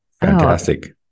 fantastic